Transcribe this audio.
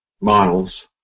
miles